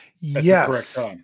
yes